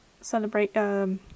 celebrate